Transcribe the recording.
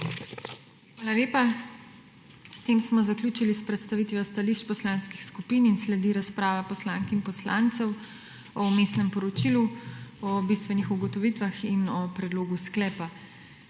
Hvala lepa. S tem smo zaključili s predstavitvijo stališč poslanskih skupin. Sledi razprava poslank in poslancev o vmesnem poročilu, o bistvenih ugotovitvah in o predlogu sklepa.